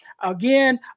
Again